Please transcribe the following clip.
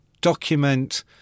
document